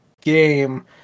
game